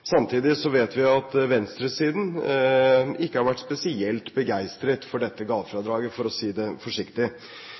Samtidig vet vi at venstresiden ikke har vært spesielt begeistret for dette gavefradraget, for å si det forsiktig.